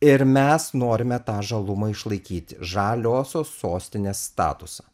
ir mes norime tą žalumą išlaikyti žaliosios sostinės statusą